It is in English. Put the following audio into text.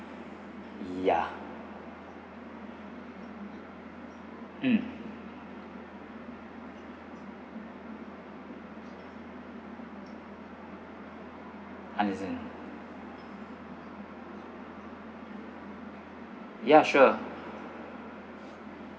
yeah mm understand ya sure